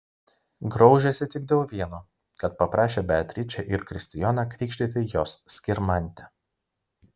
graužėsi tik dėl vieno kad paprašė beatričę ir kristijoną krikštyti jos skirmantę